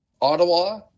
Ottawa